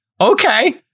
okay